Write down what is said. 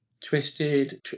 Twisted